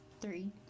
Three